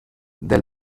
del